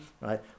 Right